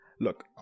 Look